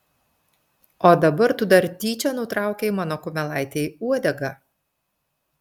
o dabar tu dar tyčia nutraukei mano kumelaitei uodegą